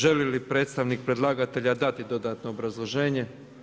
Želi li predstavnik predlagatelja dati dodatno obrazloženje?